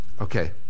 okay